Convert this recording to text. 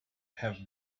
have